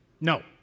No